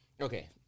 okay